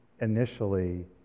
initially